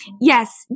Yes